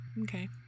Okay